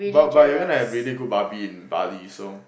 but but you're gonna have really good babi in Bali so